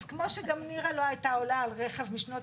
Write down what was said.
אז כמו שגם נירה לא הייתה עולה על רכב משנות